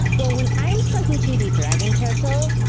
well, when i was talking to the dragon turtle,